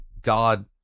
God